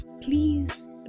please